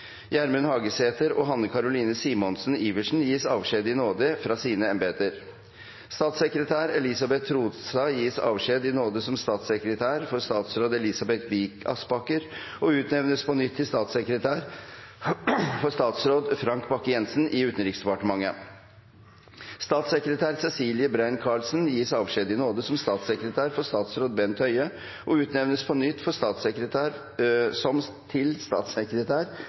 Gjermund Hagesæter og Hanne Caroline Simonsen Iversen gis avskjed i nåde fra sine embeter. Statssekretær Elsbeth Tronstad gis avskjed i nåde som statssekretær for statsråd Elisabeth Vik Aspaker og utnevnes på nytt til statssekretær for statsråd Frank Bakke-Jensen i Utenriksdepartementet. Statssekretær Cecilie Brein-Karlsen gis avskjed i nåde som statssekretær for statsråd Bent Høie og utnevnes på nytt til statssekretær